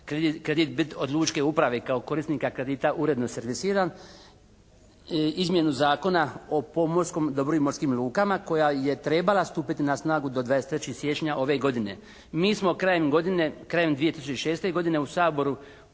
kredit biti od lučke uprave kao korisnika kredita uredno servisiran, izmjenu Zakona o pomorskom dobru i morskim lukama koja je trebala stupiti na snagu do 23. siječnja ove godine. Mi smo krajem godine, krajem